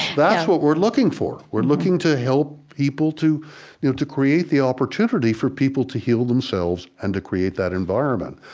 that's what we're looking for. we're looking to help people to you know to create the opportunity for people to heal themselves and to create that environment.